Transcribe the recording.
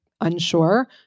unsure